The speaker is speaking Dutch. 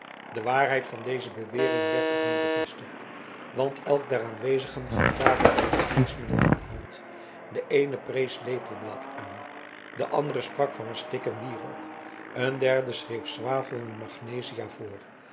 de waarheid van deze bewering werd ook nu bevestigd want elk der aanwezigen gaf dadelijk een geneesmiddel aan de hand de een prees lepelblad aan de ander sprak van mastik en wierook een derde schreef